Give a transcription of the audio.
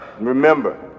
Remember